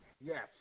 Yes